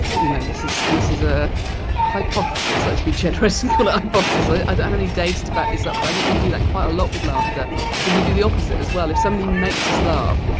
you know, this is this is a hypothesis. let's be generous and call it ah a hypothesis. i i don't have any data to back this up, but i think we do that quite a lot with laughter because we do the opposite as well. if somebody makes us laugh,